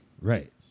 Right